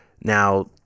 Now